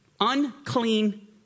unclean